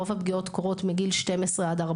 רוב הפגיעות קורות מגיל 12-14,